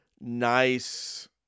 nice